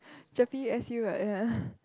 gerpe S_U what ya